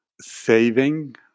saving